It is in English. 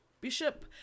Bishop